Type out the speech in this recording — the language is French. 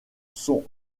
sont